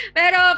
pero